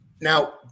now